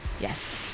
yes